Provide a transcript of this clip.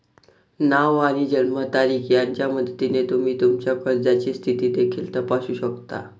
नाव आणि जन्मतारीख यांच्या मदतीने तुम्ही तुमच्या कर्जाची स्थिती देखील तपासू शकता